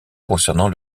concernant